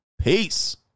Peace